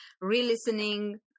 re-listening